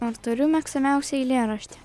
ar turiu mėgstamiausią eilėraštį